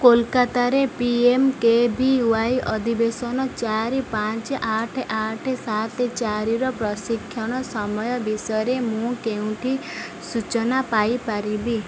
କୋଲକାତାରେ P M K V Y ଅଧିବେଶନ ଚାରି ପାଞ୍ଚ ଆଠ ଆଠ ସାତ ଚାରିର ପ୍ରଶିକ୍ଷଣ ସମୟ ବିଷୟରେ ମୁଁ କେଉଁଠି ସୂଚନା ପାଇପାରିବି